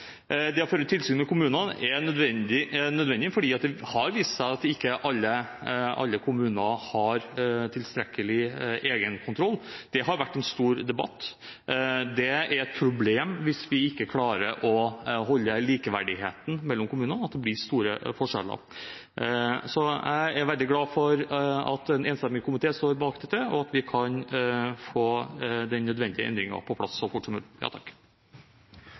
Det å føre tilsyn med kommunene er nødvendig fordi det har vist seg at ikke alle kommuner har tilstrekkelig egenkontroll. Det har vært en stor debatt. Det er et problem hvis vi ikke klarer å holde likeverdigheten mellom kommunene, at det blir store forskjeller. Så jeg er veldig glad for at en enstemmig komité står bak dette, og at vi kan få den nødvendige endringen på plass så fort som mulig.